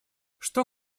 что